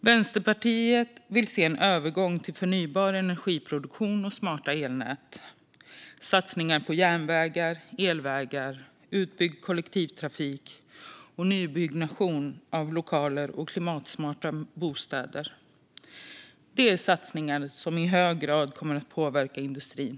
Vänsterpartiet vill se en övergång till förnybar energiproduktion och smarta elnät, satsningar på järnvägar och elvägar, utbyggd kollektivtrafik och nybyggnation av lokaler och klimatsmarta bostäder. Detta är satsningar som i hög grad kommer att påverka industrin.